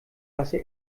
wasser